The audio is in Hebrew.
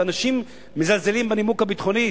אנשים מזלזלים בנימוק הביטחוני,